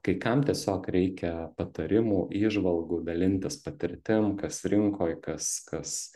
kai kam tiesiog reikia patarimų įžvalgų dalintis patirtim kas rinkoj kas kas